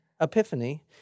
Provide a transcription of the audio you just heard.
epiphany